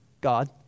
God